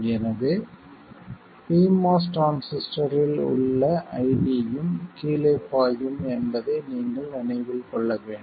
எனவே pMOS டிரான்சிஸ்டரில் உள்ள IDயும் கீழே பாயும் என்பதை நீங்கள் நினைவில் கொள்ள வேண்டும்